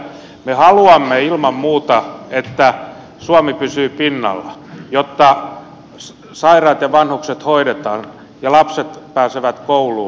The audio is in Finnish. me haluamme ilman muuta että suomi pysyy pinnalla jotta sairaat ja vanhukset hoidetaan ja lapset pääsevät kouluun